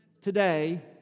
today